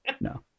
No